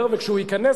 רגע.